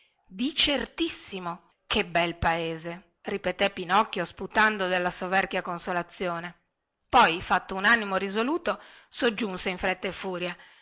di certissimo che bel paese ripeté pinocchio sputando dalla soverchia consolazione poi fatto un animo risoluto soggiunse in fretta e furia